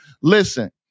Listen